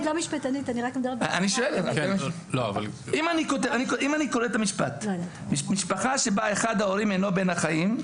אם אני קורא את המשפט: "משפחה שבה אחד ההורים אינו בין החיים",